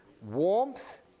warmth